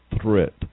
threat